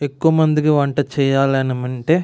ఎక్కువ మందికి వంట చేయాలంటే